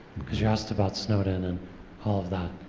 because you asked about snowden and all of that,